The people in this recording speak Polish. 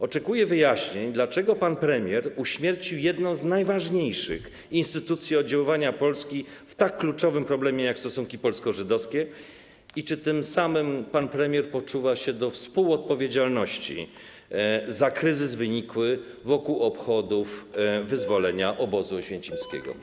Oczekuję wyjaśnienia, dlaczego pan premier uśmiercił jedną z najważniejszych instytucji w dziedzinie oddziaływania Polski odniesieniu do kluczowego problemu jak stosunki polsko-żydowskie i czy tym samym pan premier poczuwa się do współodpowiedzialności za kryzys wynikły wokół obchodów wyzwolenia obozu oświęcimskiego.